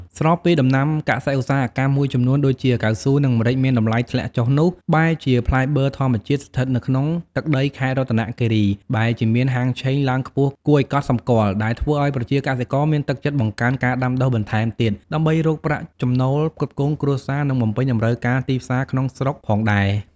ស្របពេលដំណាំកសិឧស្សាហកម្មមួយចំនួន ដូចជាកៅស៊ូ និងម្រេចមានតម្លៃធ្លាក់ចុះនោះ បែរជាផ្លែប័រធម្មជាតិ ស្ថិតនៅក្នុងទឹកដីខេត្តរតនគិរី បែរជាមានហាងឆេងឡើងខ្ពស់គួរឱ្យកត់សម្គាល់ ដែលធ្វើឱ្យប្រជាកសិករមានទឹកចិត្តបង្កើនការដាំដុះបន្ថែមទៀត ដើម្បីរកប្រាក់ចំណូលផ្គត់ផ្គង់គ្រួសារ និងបំពេញតម្រូវការទីផ្សារក្នុងស្រុកផងដែរ។